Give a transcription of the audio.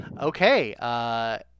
Okay